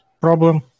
problem